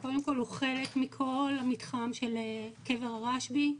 הוא חלק מכל המתחם של קבר הרשב"י.